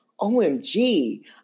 OMG